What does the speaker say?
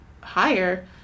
higher